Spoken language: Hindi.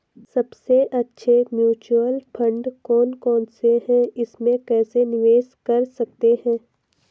सबसे अच्छे म्यूचुअल फंड कौन कौनसे हैं इसमें कैसे निवेश कर सकते हैं?